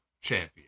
Champion